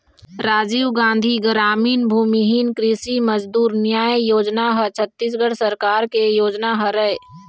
राजीव गांधी गरामीन भूमिहीन कृषि मजदूर न्याय योजना ह छत्तीसगढ़ सरकार के योजना हरय